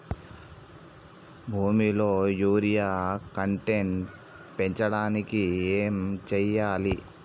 భూమిలో urea content పెంచడానికి ఏం చేయాలి?